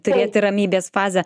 turėti ramybės fazę